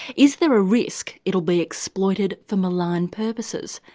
is there a risk it'll be exploited for malign purposes?